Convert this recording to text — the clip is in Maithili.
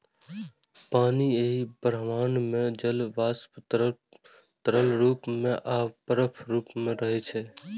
पानि एहि ब्रह्मांड मे जल वाष्प, तरल रूप मे आ बर्फक रूप मे रहै छै